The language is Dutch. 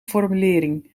formulering